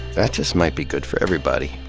that just might be good for everybody.